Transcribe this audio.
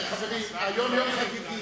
חברים, היום יום חגיגי,